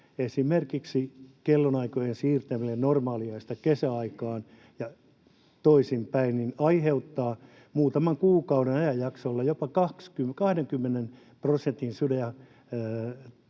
esimerkiksi kellonaikojen siirtäminen normaaliajasta kesäaikaan ja toisin päin aiheuttaa muutaman kuukauden ajanjaksolla jopa 20 prosentin